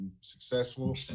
successful